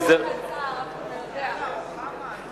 אתה יודע מה,